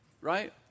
right